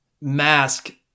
mask